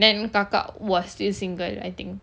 then kakak was still single I think